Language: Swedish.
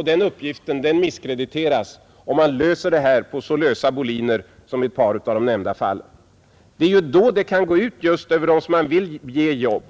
den uppgiften misskrediteras när man sköter den på så lösa boliner som i ett par av de nämnda fallen. Det är ju då det kan gå ut över dem som man vill ge jobb.